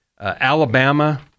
Alabama